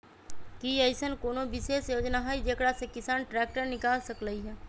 कि अईसन कोनो विशेष योजना हई जेकरा से किसान ट्रैक्टर निकाल सकलई ह?